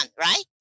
right